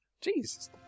Jesus